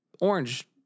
orange